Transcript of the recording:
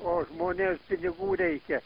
o žmonėms pinigų reikia